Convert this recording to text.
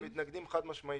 לזה אנחנו מתנגדים חד-משמעית.